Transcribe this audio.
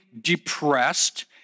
depressed